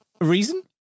Reason